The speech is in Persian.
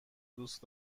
دوست